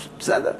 בסדר.